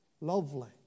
lovely